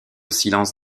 silence